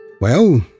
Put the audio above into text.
Well